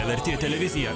lrt televizija